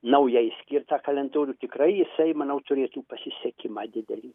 naujai skirtą kalendorių tikrai jisai manau turėtų pasisekimą didelį